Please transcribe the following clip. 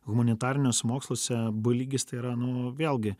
humanitariniuose moksluose b lygis tai yra nu vėlgi